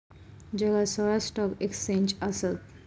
जगात सोळा stock exchange आसत